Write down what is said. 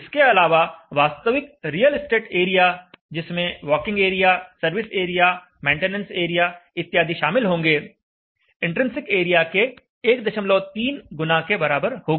इसके अलावा वास्तविक रियल इस्टेट एरिया जिसमें walking area service area maintenance area इत्यादि शामिल होंगे इन्ट्रिंसिक एरिया के 13 गुना के बराबर होगा